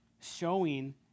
showing